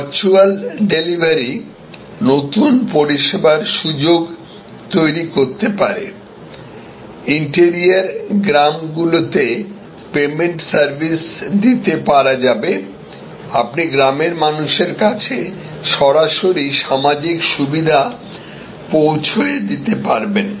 virtual delivery নতুন পরিষেবার সুযোগ তৈরি করতে পারে ইন্টেরিয়র গ্রামগুলিতে পেমেন্ট সার্ভিস দিতে পারা যাবে আপনি গ্রামের মানুষের কাছে সরাসরি সামাজিক সুবিধা পৌঁছিয়ে দিতে পারবেন